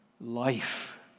life